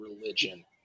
religion